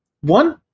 One